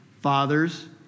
Fathers